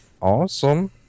awesome